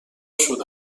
شده